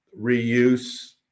reuse